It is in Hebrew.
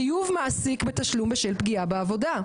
חיוב מעסיק בתשלום בשל פגיעה בעבודה.